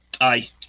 Aye